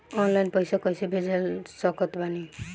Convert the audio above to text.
Online पैसा कैसे भेज सकत बानी?